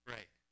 Right